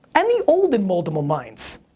and the old and moldable minds.